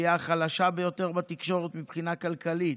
החוליה החלשה ביותר בתקשורת מהבחינה הכלכלית,